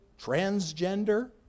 transgender